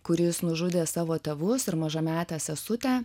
kuris nužudė savo tėvus ir mažametę sesutę